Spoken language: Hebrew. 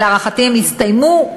ולהערכתי הם הסתיימו,